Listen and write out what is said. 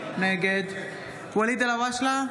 נגד ואליד אלהואשלה,